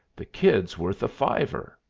the kid's worth a fiver.